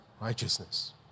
righteousness